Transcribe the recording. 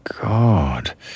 God